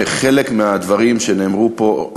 שחלק מהדברים שנאמרו פה,